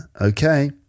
okay